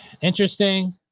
Interesting